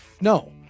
No